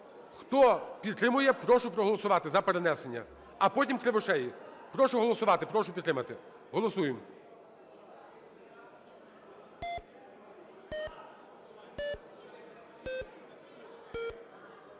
Хто підтримує, прошу проголосувати за перенесення, а потім – Кривошеї. Прошу голосувати, прошу підтримати. Голосуємо.